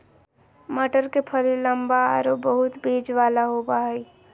मटर के फली लम्बा आरो बहुत बिज वाला होबा हइ